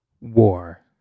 war